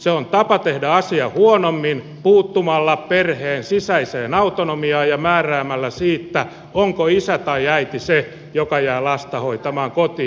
se on tapa tehdä asia huonommin puuttumalla perheen sisäiseen autonomiaan ja määräämällä siitä onko isä tai äiti se joka jää lasta hoitamaan kotiin